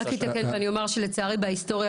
האם או האחות עולות לשידור כי